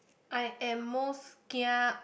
I am most kia